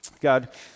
God